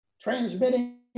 transmitting